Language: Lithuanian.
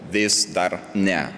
vis dar ne